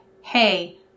hey